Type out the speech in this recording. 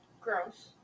Gross